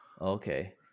Okay